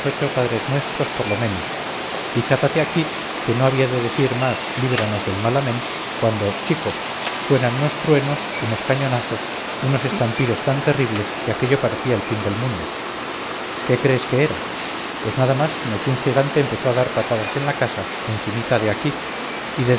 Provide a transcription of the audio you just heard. unos ocho padrenuestros lo menos y cátate aquí que no había de decir más líbranos del mal amén cuando chico suenan unos truenos unos cañonazos unos estampidos tan terribles que aquello parecía el fin del mundo qué crees que era pues nada más sino que un gigante empezó a dar patadas en la casa encimita de aquí